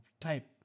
type